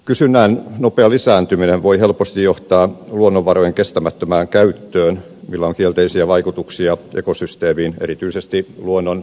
kysynnän nopea lisääntyminen voi helposti johtaa luonnonvarojen kestämättömään käyttöön millä on kielteisiä vaikutuksia ekosysteemiin erityisesti luonnon monimuotoisuuteen